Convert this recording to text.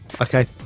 Okay